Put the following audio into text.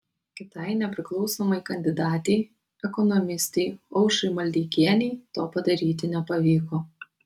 kitai nepriklausomai kandidatei ekonomistei aušrai maldeikienei to padaryti nepavyko